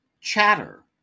Chatter